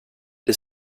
det